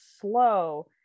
slow